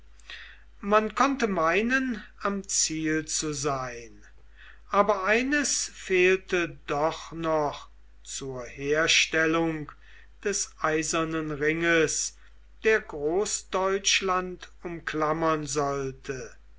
man konnte meinen am ziel zu sein aber eines fehlte doch noch zur herstellung des eisernen ringes der großdeutschland umklammern sollte